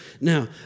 Now